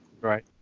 Right